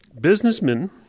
Businessmen